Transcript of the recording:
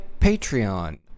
Patreon